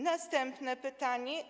Następne pytanie.